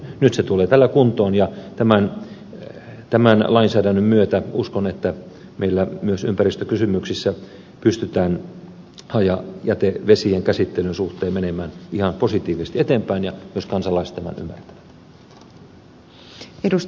nyt se tulee tällä kuntoon ja tämän lainsäädännön myötä uskon että meillä myös ympäristökysymyksissä pystytään hajajätevesien käsittelyn suhteen menemään ihan positiivisesti eteenpäin ja myös kansalaiset tämän ymmärtävät